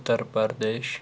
Uttar Pradesh